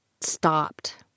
stopped